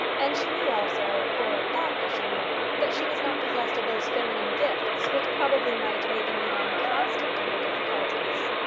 and she knew also or thought that she knew that she was not possessed of those feminine gifts which probably might make a man constant under difficulties.